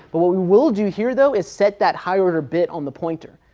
but what we will do here though, is set that high order bit on the pointer,